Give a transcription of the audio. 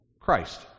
christ